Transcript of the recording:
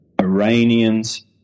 Iranians